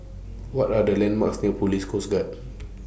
What Are The landmarks near Police Coast Guard